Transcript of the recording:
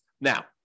Now